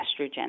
estrogen